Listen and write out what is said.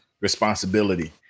responsibility